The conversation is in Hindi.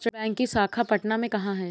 सेंट्रल बैंक की शाखा पटना में कहाँ है?